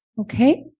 Okay